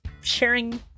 sharing